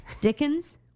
Dickens